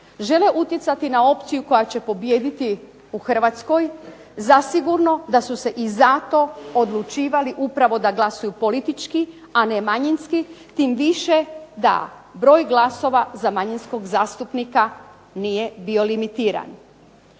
žele utjecati na opciju koja će pobijediti u Hrvatskoj, zasigurno da su se i zato odlučivali upravo da glasuju politički, a ne manjinski, tim više da broj glasova za manjinskog zastupnika nije bio limitiran.